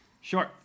Sure